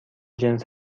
جنس